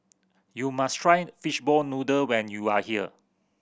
you must try fishball noodle when you are here